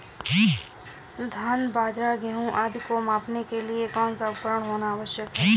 धान बाजरा गेहूँ आदि को मापने के लिए कौन सा उपकरण होना आवश्यक है?